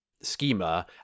schema